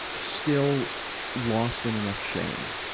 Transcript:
still lost in enough shame,